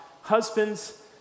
husbands